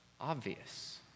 obvious